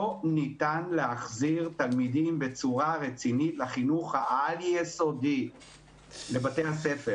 ניתן להחזיר תלמידים בצורה רצינית לחינוך העל יסודי לבתי הספר.